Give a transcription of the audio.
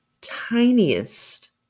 tiniest